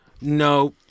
no